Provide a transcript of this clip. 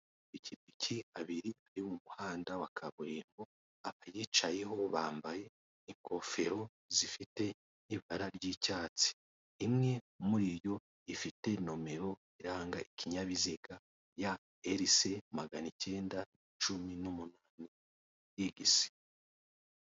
Ikipiki abiri ari mu muhanda wa kaburimbo abayicayeho bambaye ingofero zifite ibara ry'icyatsi imwe muri yo ifite nomero iranga ikinyabiziga ya RC maganacyenda cumi numunani exi.